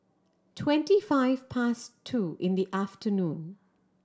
twenty five past two in the afternoon